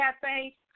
Cafe